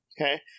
Okay